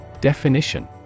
Definition